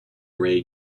ray